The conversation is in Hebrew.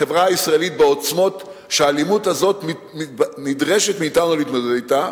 בחברה הישראלית בעוצמות שהאלימות הזאת דורשת מאתנו להתמודדות אתן,